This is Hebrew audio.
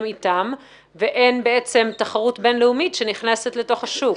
אתן ובעצם אין תחרות בין-לאומית שנכנסת לתוך השוק.